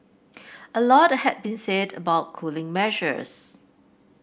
a lot has been said about cooling measures